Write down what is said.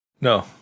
No